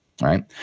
Right